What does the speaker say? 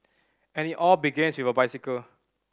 and it all begins with a bicycle